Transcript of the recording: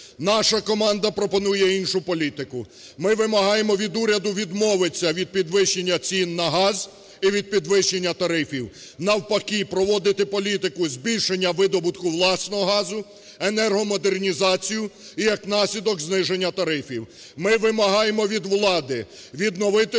Наша команда пропонує іншу політику. Ми вимагаємо від уряду відмовитися від підвищення цін на газ і від підвищення тарифів, навпаки, проводити політику збільшення видобутку власного газу, енергомодернізацію і, як наслідок, зниження тарифів. Ми вимагаємо від влади відновити